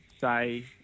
say